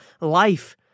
life